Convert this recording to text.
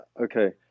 okay